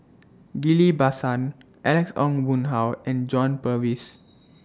Ghillie BaSan Alex Ong Boon Hau and John Purvis